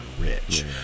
rich